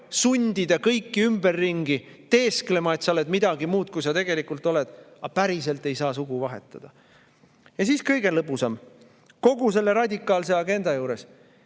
sundida kõiki ümberringi teesklema, et sa oled midagi muud, kui sa tegelikult oled. Aga päriselt ei saa sugu vahetada. Kõige lõbusam kogu selle radikaalse agenda juures